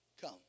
come